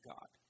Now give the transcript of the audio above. God